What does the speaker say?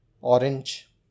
orange